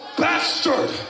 bastard